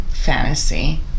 fantasy